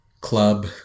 club